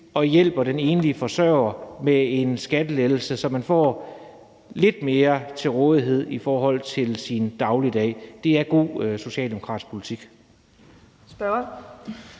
og hjælper den enlige forsørger med en skattelettelse, så man får lidt mere til rådighed i sin dagligdag. Det er god socialdemokratisk politik.